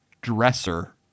dresser